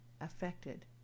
affected